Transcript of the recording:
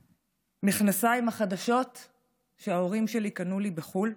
המכנסיים החדשים שההורים שלי קנו לי בחו"ל,